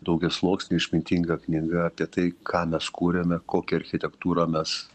daugiasluoksnė išmintinga knyga apie tai ką mes kuriame kokią architektūrą mes